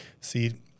See